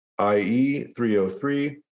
IE303